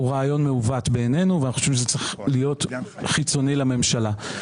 בעינינו הוא רעיון מעוות ואנחנו חושבים שזה צריך להיות חיצוני לממשלה.